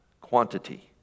quantity